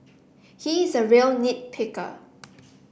he is a real nit picker